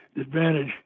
advantage